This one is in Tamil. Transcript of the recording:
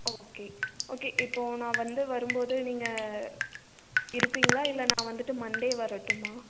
ஓகே ஓகே இப்போது நான் வந்து வரும்போது நீங்கள் இருப்பீங்களா இல்லை நான் வந்துட்டு மண்டே வரட்டுமா